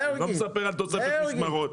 הוא לא מספר על תוספת משמרות.